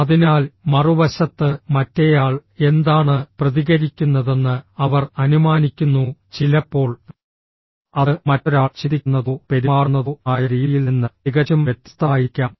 അതിനാൽ മറുവശത്ത് മറ്റേയാൾ എന്താണ് പ്രതികരിക്കുന്നതെന്ന് അവർ അനുമാനിക്കുന്നു ചിലപ്പോൾ അത് മറ്റൊരാൾ ചിന്തിക്കുന്നതോ പെരുമാറുന്നതോ ആയ രീതിയിൽ നിന്ന് തികച്ചും വ്യത്യസ്തമായിരിക്കാം